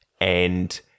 and-